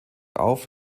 auf